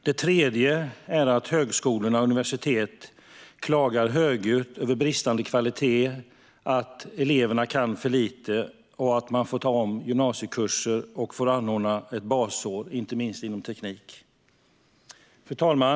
Det tredje är att högskolor och universitet högljutt klagar över bristande kvalitet, att eleverna kan för lite och att man får ta om gymnasiekurser och får anordna ett basår, inte minst inom teknik. Fru talman!